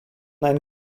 ein